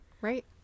Right